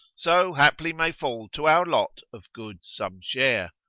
so haply may fall to our lot of goods some share.